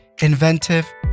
inventive